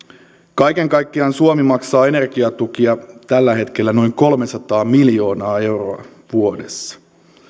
kaiken kaikkiaan suomi maksaa energiatukia tällä hetkellä noin kolmesataa miljoonaa euroa vuodessa